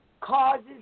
causes